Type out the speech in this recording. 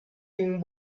tic